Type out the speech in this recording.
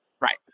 Right